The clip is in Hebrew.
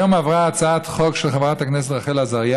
היום עברה הצעת חוק של חברת הכנסת רחל עזריה